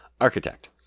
Architect